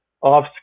off